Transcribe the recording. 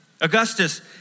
Augustus